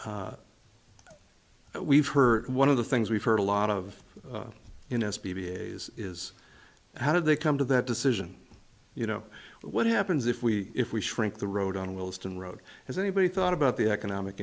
side we've heard one of the things we've heard a lot of in a speech is how did they come to that decision you know what happens if we if we shrink the road on wilston road has anybody thought about the economic